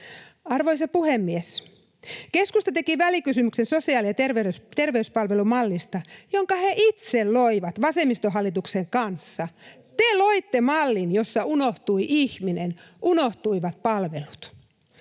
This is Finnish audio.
Arvoisa puhemies! Keskusta teki välikysymyksen sosiaali- ja terveyspalvelumallista, jonka he itse loivat vasemmistohallituksen kanssa. Te loitte mallin, jossa unohtui ihminen, unohtuivat palvelut.